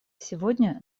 сегодня